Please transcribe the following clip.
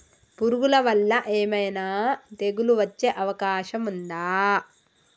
పురుగుల వల్ల ఏమైనా తెగులు వచ్చే అవకాశం ఉందా?